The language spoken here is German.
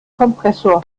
kompressor